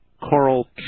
Coral